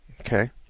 Okay